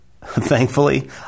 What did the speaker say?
Thankfully